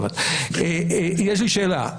יש לי שאלה.